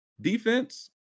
defense